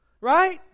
Right